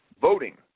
voting